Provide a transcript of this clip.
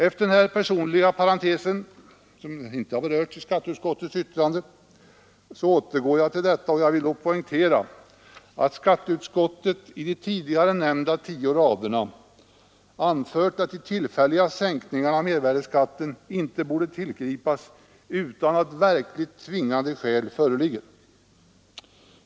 Efter denna personliga parentes om en sak, som inte berörts i skatteutskottets betänkande, återgår jag till att poängtera att skatteutskottet i de tidigare nämnda tio raderna anfört att de tillfälliga sänkningarna av mervärdeskatten inte borde tillgripas utan att verkligt tvingande skäl föreligger.